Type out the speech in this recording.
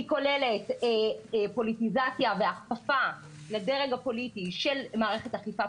היא כוללת פוליטיזציה והכפפה לדרג הפוליטי של מערכת אכיפת